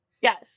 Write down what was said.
Yes